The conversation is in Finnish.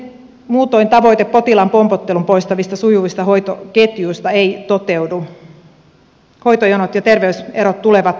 muutoin tavoite potilaan pompottelun poistavista sujuvista hoitoketjuista ei toteudu hoitojonot ja terveyserot tulevat kalliiksi